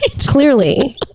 Clearly